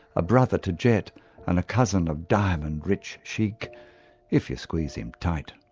a brother to jet and a cousin of diamond rich chic if you squeeze him tight,